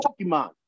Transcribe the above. pokemon